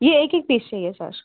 यह एक एक पीस चाहिए सर